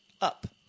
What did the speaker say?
Up